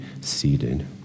seated